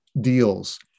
deals